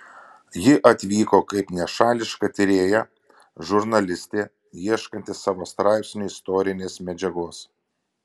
ji atvyko kaip nešališka tyrėja žurnalistė ieškanti savo straipsniui istorinės medžiagos